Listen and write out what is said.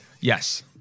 Yes